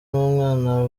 n’umwana